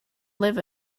live